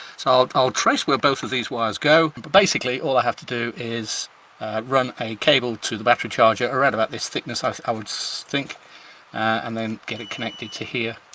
so i'll trace where both of these wires go but basically all i have to do is run a cable to the battery charger around about this thickness i would so think and then get it connected to here